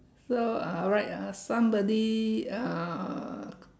so uh right uh somebody uh